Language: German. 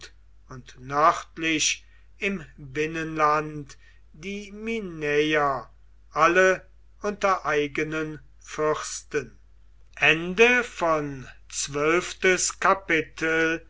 und nördlich im binnenland die minäer alle unter eigenen fürsten